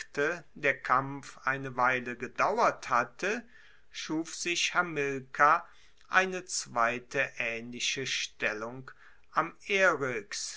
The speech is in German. der kampf eine weile gedauert hatte schuf sich hamilkar eine zweite aehnliche stellung am